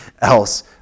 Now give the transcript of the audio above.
else